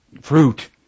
fruit